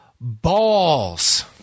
balls